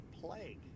plague